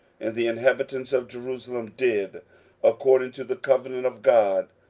and the inhabitants of jerusalem did according to the covenant of god,